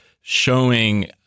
showing